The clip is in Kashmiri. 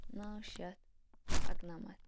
نَو شیٚتھ اَکنَمَتھ